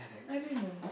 I don't know